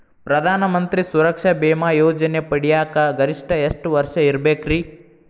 ಪ್ರಧಾನ ಮಂತ್ರಿ ಸುರಕ್ಷಾ ಭೇಮಾ ಯೋಜನೆ ಪಡಿಯಾಕ್ ಗರಿಷ್ಠ ಎಷ್ಟ ವರ್ಷ ಇರ್ಬೇಕ್ರಿ?